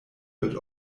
wird